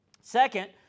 Second